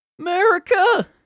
America